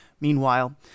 Meanwhile